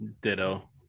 Ditto